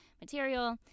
material